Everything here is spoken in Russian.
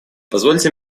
позвольте